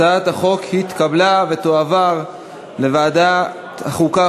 הצעת החוק התקבלה ותועבר לוועדת החוקה,